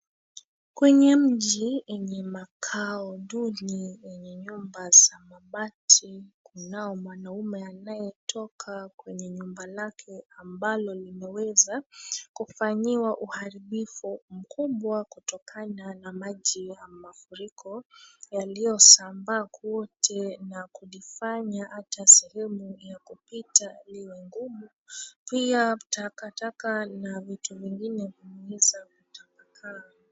Kwenye mji enye makao duni enye nyumba za mabati kunao mwanaume anayetoka kwenye nyumba lake ambalo limeweza kufanyiwa uharibifu mkubwa kutokana na maji ya mafuriko yaliyosambaa kwote na kulifanya hata sehemu ya kupita liwe ngumu. Pia takataka na viti vingine vimeweza kutapakaa.